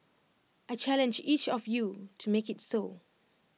I challenge each of you to make IT so